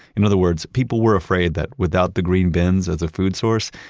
in other words, people were afraid that without the green bins as a food source,